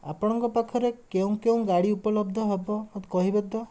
ଆପଣଙ୍କ ପାଖରେ କେଉଁ କେଉଁ ଗାଡ଼ି ଉପଲବ୍ଧ ହବ ମୋତେ କହିବ ତ